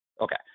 Okay